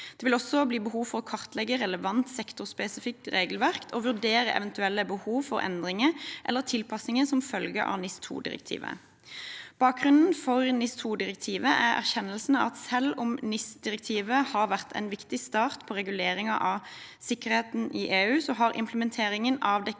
Det vil også bli behov for å kartlegge relevant sektorspesifikt regelverk og vurdere eventuelle behov for endringer eller tilpasninger som følge av NIS2-direktivet. Bakgrunnen for NIS2-direktivet er erkjennelsen av at selv om NIS-direktivet har vært en viktig start på reguleringen av sikkerhet i EU, har implementeringen avdekket